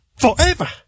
forever